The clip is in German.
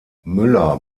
müller